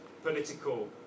political